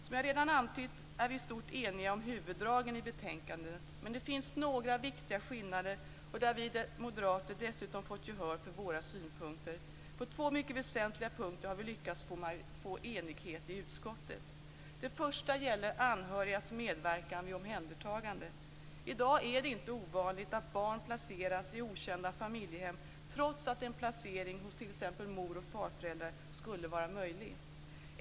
Som jag redan har antytt är vi i stort eniga om huvuddragen i betänkandet. Men det finns några viktiga skillnader där vi moderater dessutom fått gehör för våra synpunkter. På två mycket väsentliga punkter har vi lyckats nå enighet i utskottet. Den första punkten gäller anhörigas medverkan vid omhändertagande. I dag är det inte ovanligt att barn placeras i okända familjehem, trots att en placering hos t.ex. mor eller farföräldrar skulle vara möjlig.